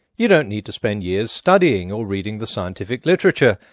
you don't need to spend years studying or reading the scientific literature.